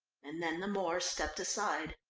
and then the moor stepped aside.